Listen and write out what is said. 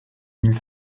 mille